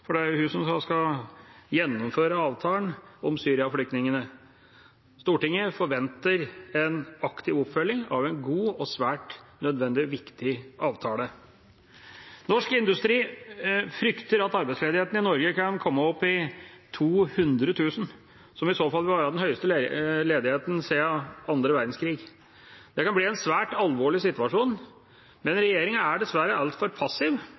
for det er jo hun som skal gjennomføre avtalen om Syria-flyktningene. Stortinget forventer en aktiv oppfølging av en god og svært nødvendig og viktig avtale. Norsk Industri frykter at arbeidsledigheten i Norge kan komme opp i 200 000, som i så fall vil være den høyeste ledigheten siden 2. verdenskrig. Det kan bli en svært alvorlig situasjon, men regjeringa er dessverre altfor passiv,